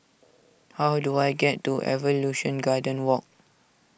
how do I get to Evolution Garden Walk